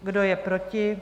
Kdo je proti?